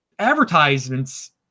advertisements